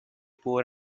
poor